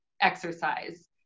exercise